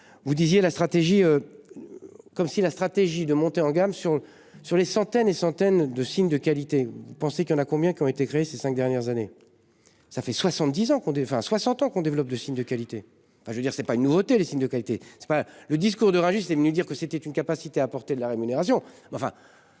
Vous disiez la stratégie. Comme si la stratégie de montée en gamme sur sur les centaines et centaines de signes de qualité. Pensez qu'il y en a combien qui ont été créés ces 5 dernières années. Ça fait 70 ans qu'on des, enfin 60 ans qu'on développe de signes de qualité, enfin je veux dire c'est pas une nouveauté, les signes de qualité c'est pas le discours de Rungis était venu dire que c'était une capacité à portée de la rémunération.